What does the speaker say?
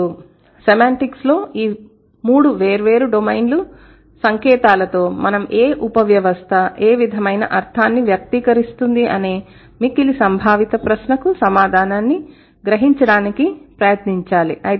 మరియు సెమాంటిక్స్ లో ఈ మూడు వేర్వేరు డొమైన్ సంకేతాలతో మనం ఏ ఉపవ్యవస్థ ఏ విధమైన అర్థాన్ని వ్యక్తీకరిస్తుంది అనే మిక్కిలి సంభావిత ప్రశ్నకు సమాధానాన్ని గ్రహిం చడానికి ప్రయత్నించాలి